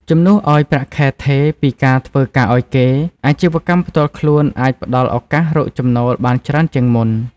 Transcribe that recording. ជំនួសឱ្យប្រាក់ខែថេរពីការធ្វើការឱ្យគេ អាជីវកម្មផ្ទាល់ខ្លួនអាចផ្តល់ឱកាសរកចំណូលបានច្រើនជាងមុន។